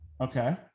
Okay